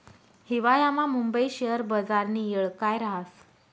हिवायामा मुंबई शेयर बजारनी येळ काय राहस